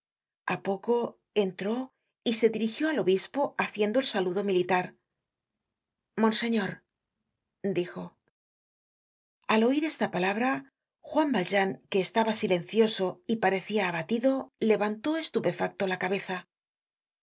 a poco entró y se dirigió al obispo haciendo el saludo militar monseñor dijo al oir esta palabra juan valjean que estaba silencioso y parecia abatido levantó estupefacto la cabeza